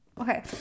okay